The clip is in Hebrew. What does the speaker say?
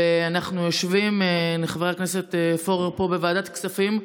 ואנחנו יושבים בוועדת הכספים,